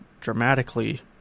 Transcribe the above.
dramatically